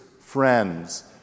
friends